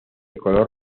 color